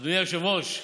אדוני היושב-ראש.